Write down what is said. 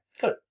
Good